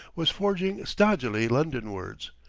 was forging stodgily londonwards,